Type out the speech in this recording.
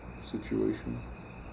situation